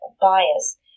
bias